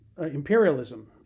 Imperialism